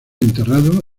enterrado